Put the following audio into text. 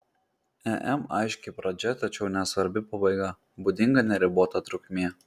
em aiški pradžia tačiau nesvarbi pabaiga būdinga neribota trukmė